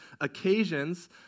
occasions